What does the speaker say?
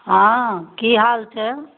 हँ की हाल छै